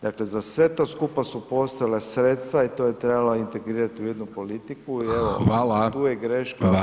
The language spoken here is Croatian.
Dakle za sve to skupa su postojala sredstva i to je trebalo integrirati u jednu politiku i evo tu [[Upadica: Hvala vam.]] je greška